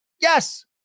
Yes